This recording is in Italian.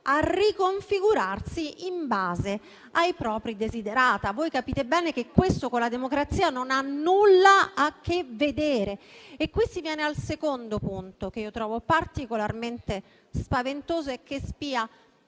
a riconfigurarsi in base ai propri desiderata. Voi capite bene che questo, con la democrazia, non ha nulla a che vedere. Qui si viene al secondo punto, che io trovo particolarmente spaventoso e che è spia